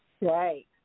Right